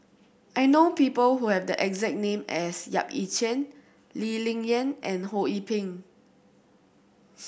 I know people who have the exact name as Yap Ee Chian Lee Ling Yen and Ho Yee Ping